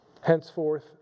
Henceforth